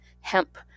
hemp